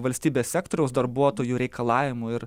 valstybės sektoriaus darbuotojų reikalavimų ir